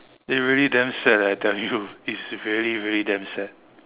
eh really damn sad eh I tell you it's really really damn sad